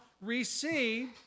receive